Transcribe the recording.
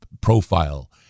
profile